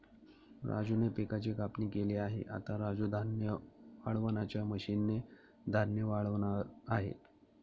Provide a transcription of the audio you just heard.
राजूने पिकाची कापणी केली आहे, आता राजू धान्य वाळवणाच्या मशीन ने धान्य वाळवणार आहे